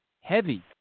heavy